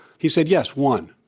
he said, yes, one.